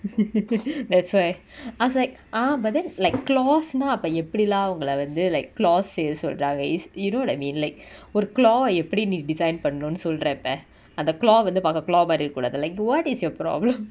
that's why I was like ah but then like close னா அப எப்டி:naa apa epdi lah ஒங்கள வந்து:ongala vanthu like close செய்ய சொல்ராங்க:seiya solranga is you know the mean like ஒரு:oru claw ah எப்டி நீ:epdi nee design பன்னனு சொல்ர இப்ப அந்த:pannanu solra ippa antha claw ah வந்து பாக்க:vanthu paaka claw மாரி இருக்ககூடாது:mari irukakoodathu lah you what is your problem